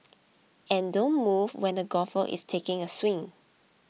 and don't move when the golfer is taking a swing